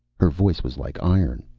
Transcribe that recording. her voice was like iron.